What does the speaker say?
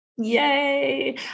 Yay